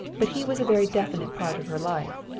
but he was a very definite part of her life.